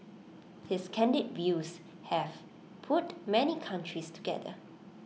his candid views have put many countries together